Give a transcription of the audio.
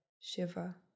shiver